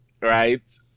right